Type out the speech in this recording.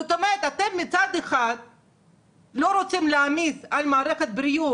זאת אומרת אתם מצד אחד לא רוצים להעמיס על מערכת הבריאות